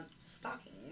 stocking